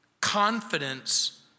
Confidence